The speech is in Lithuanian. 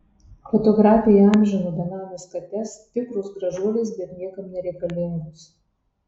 fotografė įamžino benames kates tikros gražuolės bet niekam nereikalingos